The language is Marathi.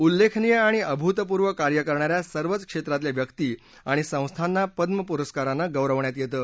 उल्लेखनीय आणि अभूतपूर्व कार्य करणाऱ्या सर्वच क्षेत्रातल्या व्यक्ती आणि संस्थांना पद्म पुरस्कारानं गौरवण्यात येतं